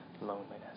loneliness